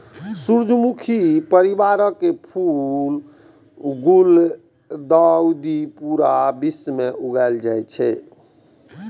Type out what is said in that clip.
सूर्यमुखी परिवारक फूल गुलदाउदी पूरा विश्व मे उगायल जाए छै